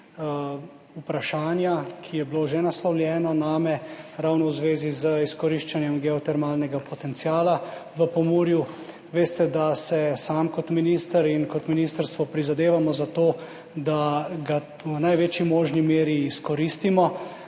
vprašanja, ki je že bilo naslovljeno name, ravno v zvezi z izkoriščanjem geotermalnega potenciala v Pomurju. Veste, da si sam kot minister in ministrstvo prizadevamo za to, da ga v največji možni meri izkoristimo,